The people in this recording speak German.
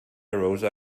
rosa